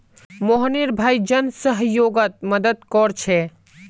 मोहनेर भाई जन सह्योगोत मदद कोरछे